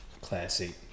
Classy